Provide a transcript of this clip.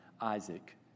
Isaac